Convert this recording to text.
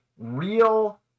real